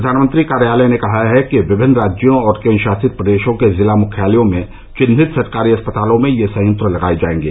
प्रधानमंत्री कार्यालय ने कहा है कि विभिन्न राज्यों और केंद्र शासित प्रदेशों के जिला मुख्यालय में विन्हित सरकारी अस्पतालों में यह सयंत्र लगाए जाएंगे